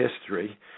history